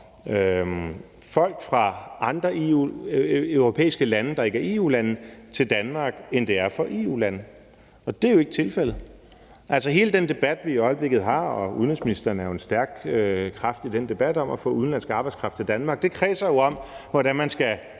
folk fra andre europæiske lande, der ikke er EU-lande, til Danmark, men det er for EU-lande, og det er jo ikke tilfældet. Altså hele den debat, vi i øjeblikket har, og udenrigsministeren er jo en stærk kraft i den debat om at få udenlandsk arbejdskraft til Danmark, kredser om, hvordan man skal